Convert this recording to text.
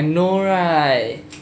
I know right